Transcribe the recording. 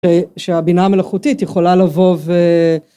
כשהבינה המלאכותית יכולה לבוא ו...